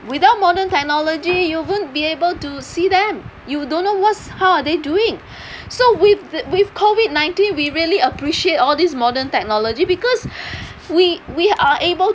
without modern technology you won't be able to see them you don't know what's how are they doing so with with COVID nineteen we really appreciate all these modern technology because we we are able